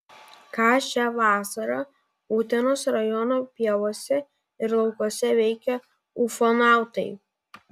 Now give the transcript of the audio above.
ką šią vasarą utenos rajono pievose ir laukuose veikė ufonautai